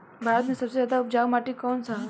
भारत मे सबसे ज्यादा उपजाऊ माटी कउन सा ह?